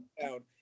down